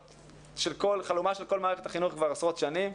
של כל מערכת החינוך כבר עשרות שנים.